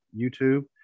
YouTube